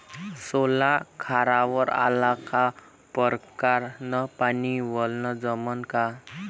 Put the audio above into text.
सोला खारावर आला का परकारं न पानी वलनं जमन का?